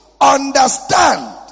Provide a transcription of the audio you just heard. understand